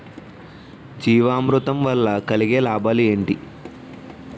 జీవామృతం వల్ల కలిగే లాభాలు ఏంటి?